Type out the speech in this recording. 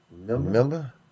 Remember